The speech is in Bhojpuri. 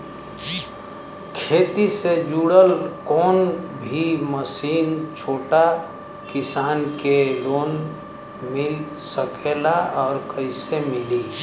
खेती से जुड़ल कौन भी मशीन छोटा किसान के लोन मिल सकेला और कइसे मिली?